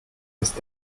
ist